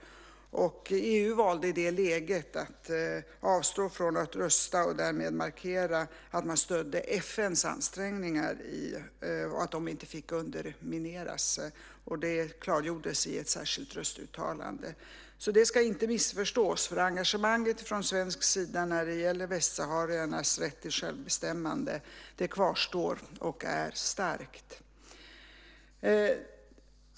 EU valde i det läget att avstå från att rösta, och därmed markerade man att man stödde FN:s ansträngningar och att dessa inte fick undermineras. Det klargjordes också i ett särskilt röstuttalande. Detta ska alltså inte missförstås. Engagemanget från svensk sida när det gäller västsahariernas rätt till självbestämmande kvarstår och är starkt.